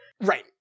right